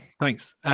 Thanks